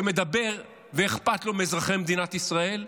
שמדבר ואכפת לו מאזרחי מדינת ישראל,